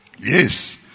Yes